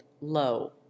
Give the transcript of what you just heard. low